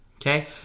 Okay